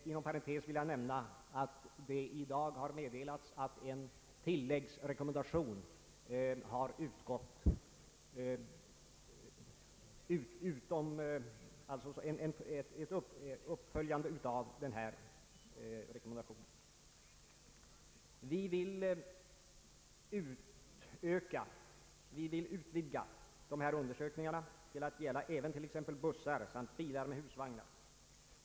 Inom parentes vill jag säga att det i dag har meddelats att en tilläggsrekommendation utfärdats av Landsvägstrafikens samarbetsdelegation. Vi vill utvidga dessa undersökningar till att gälla även t.ex. bussar samt bilar med husvagnar.